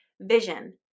vision